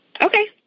Okay